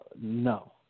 No